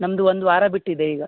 ನಮ್ದು ಒಂದು ವಾರ ಬಿಟ್ಟು ಇದೆ ಈಗ